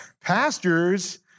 pastors